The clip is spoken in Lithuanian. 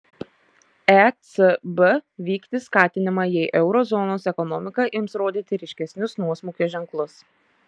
ecb vykdys skatinimą jei euro zonos ekonomika ims rodyti ryškesnius nuosmukio ženklus